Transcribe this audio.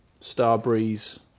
Starbreeze